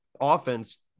offense